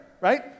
Right